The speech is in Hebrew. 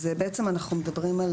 אז בעצם אנחנו מדברים על